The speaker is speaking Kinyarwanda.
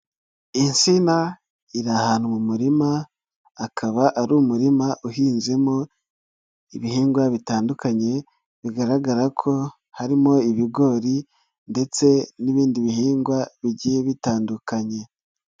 Insina irihanwa mu umurima, akaba ari umurima uhinzemo ibihingwa bitandukanye bigaragara ko harimo ibigori ndetse n'ibindi bihingwa bigiye bitandukanye.